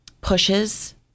pushes